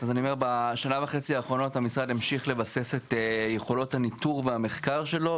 בשנה וחצי האחרונות המשרד המשיך לבסס את יכולות הניטור והמחקר שלו.